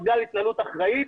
בגלל התנהלות אחראית,